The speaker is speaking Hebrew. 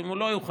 אם הוא לא יוכל,